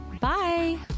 Bye